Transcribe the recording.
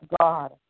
God